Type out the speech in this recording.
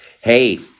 hey